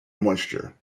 moisture